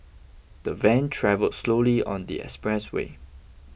the van travel slowly on the expressway